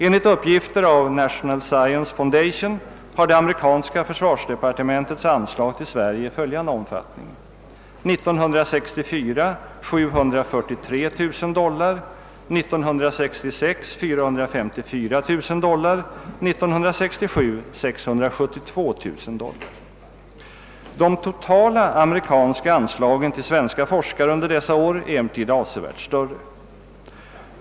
Enligt uppgifter av National Science Foundation har det amerikanska försvarsdepartementets anslag till Sverige följande omfattning: 1964 743 000 dol lar, 1966 454 000 dollar och 1967 672 000 dollar. De totala amerikanska anslagen till svenska forskare under dessa år är emellertid ävsevärt större.